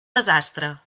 desastre